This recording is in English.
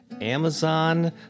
Amazon